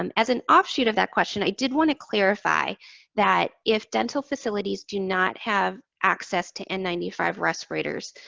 um as an offshoot of that question, i did want to clarify that if dental facilities do not have access to n nine five respirators,